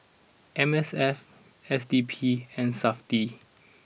M S F S D P and Safti